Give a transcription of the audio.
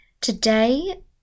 Today